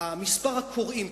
מספר הקוראים,